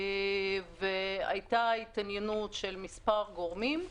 היתה התעניינות של מספר גורמים.